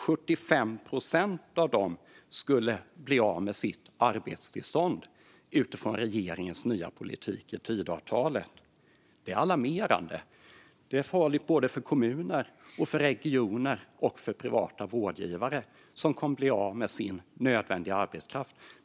75 procent av dem skulle utifrån regeringens nya politik och Tidöavtalet bli av med sitt arbetstillstånd. Det är alarmerande. Det är farligt för såväl kommuner som regioner och privata vårdgivare, som kommer att bli av med sin nödvändiga arbetskraft.